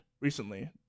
recently